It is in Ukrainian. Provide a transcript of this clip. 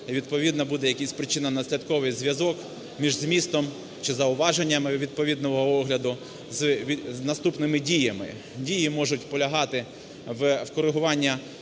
відповідно буде якийсь причинно-наслідковий зв'язок між змістом чи зауваженнями відповідного огляду з наступними діями. Дії можуть полягати в корегуванні